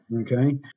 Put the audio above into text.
Okay